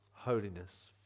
holiness